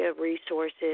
resources